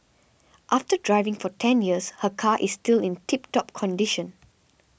after driving for ten years her car is still in tip top condition